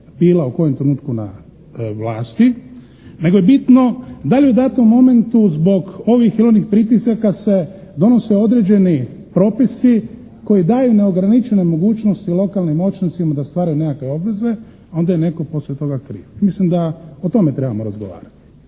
bila u kojem trenutku na vlasti nego je bitno da li je u datom momentu zbog ovih ili onih pritisaka se donose određeni propisi koji daju neograničene mogućnosti lokalnim moćnicima da stvaraju nekakve obveze, onda je netko poslije toga kriv. Mislim da o tome trebamo razgovarati.